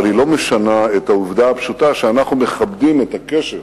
אבל היא לא משנה את העובדה הפשוטה שאנחנו מכבדים את הקשר